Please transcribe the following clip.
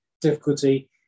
difficulty